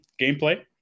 gameplay